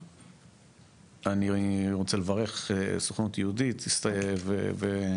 אני רוצה לברך את הסוכנות היהודית ומשרד